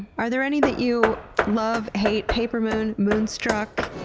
are there any that you love? hate? paper moon? moonstruck?